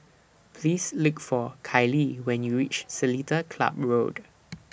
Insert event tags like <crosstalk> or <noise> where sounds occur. Please Look For Kayli when YOU REACH Seletar Club Road <noise>